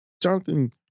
Jonathan